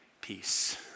peace